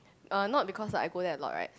uh not because like I go there a lot right